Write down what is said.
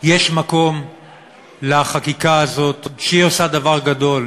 יש מקום לחקיקה הזאת, והיא עושה דבר גדול.